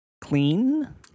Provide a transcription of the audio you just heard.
clean